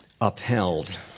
upheld